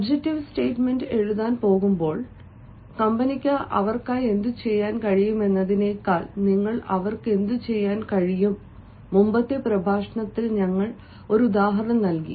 objective statement എഴുതാൻ പോകുമ്പോൾ കമ്പനിക്ക് അവർക്കായി എന്തുചെയ്യാൻ കഴിയുമെന്നതിനേക്കാൾ നിങ്ങൾ അവർക്ക് എന്തുചെയ്യാൻ കഴിയും മുമ്പത്തെ പ്രഭാഷണത്തിൽ ഞങ്ങൾ ഒരു ഉദാഹരണം നൽകി